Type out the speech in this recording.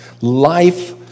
Life